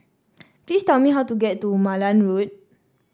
please tell me how to get to Malan Road